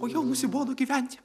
o jau nusibodo gyventi